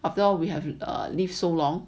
after all we have err live so long